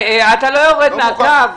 אתה לא יורד מהקו.